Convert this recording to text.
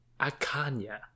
Akanya